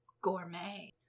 Gourmet